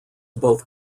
both